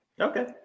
Okay